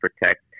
protect